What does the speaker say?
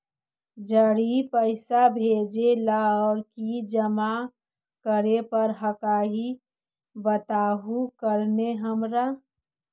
जड़ी पैसा भेजे ला और की जमा करे पर हक्काई बताहु करने हमारा?